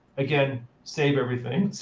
again, save everything.